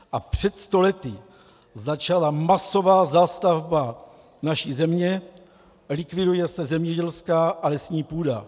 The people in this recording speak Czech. A před sto lety začala masová zástavba naší země, likviduje se zemědělská a lesní půda.